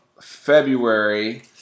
February